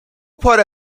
پاره